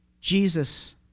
Jesus